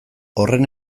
horren